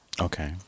Okay